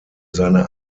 seine